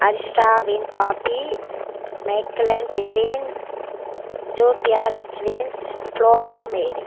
ஹர்ஷ்ட்டாவின் பாப்பி மெக்லேன்டிவின் ஜுப்பியா விச்வின்ஸ் ஃப்லோரா மேரி